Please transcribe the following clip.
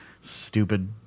stupid